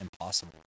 impossible